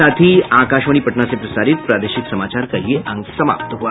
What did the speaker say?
इसके साथ ही आकाशवाणी पटना से प्रसारित प्रादेशिक समाचार का ये अंक समाप्त हुआ